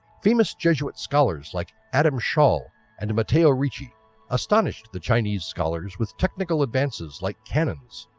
famous jesuit scholars like adam schall and matteo ricci astonished the chinese scholars with technical advances like cannons,